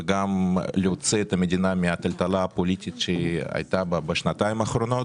וגם להוציא את המדינה מהטלטלה הפוליטית שהיא הייתה בה בשנתיים האחרונות.